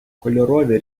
кольорові